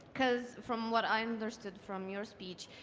cause from what i understood from your speech,